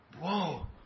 Whoa